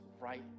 right